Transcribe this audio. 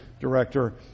director